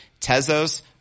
tezos